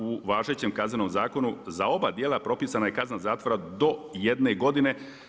U važećem Kaznenom zakonu za oba djela propisana je kazna zatvora do jedne godine.